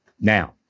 Now